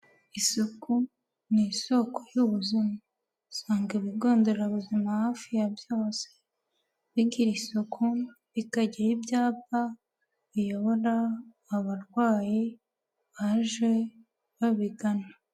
Isuku ni isoko y'ubuzima, usanga ibigo nderabuzima hafi ya byose, bigira isuku, bikagira ibyapa biyobora abarwayi baje babigana.